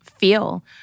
feel